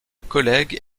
collègue